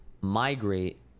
migrate